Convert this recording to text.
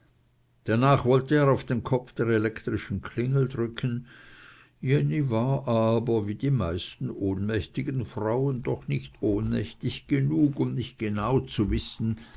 danach wollte er auf den knopf der elektrischen klingel drücken jenny war aber wie die meisten ohnmächtigen frauen doch nicht ohnmächtig genug um nicht genau zu wissen